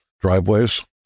driveways